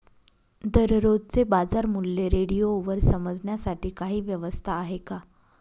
दररोजचे बाजारमूल्य रेडिओवर समजण्यासाठी काही व्यवस्था आहे का?